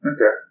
Okay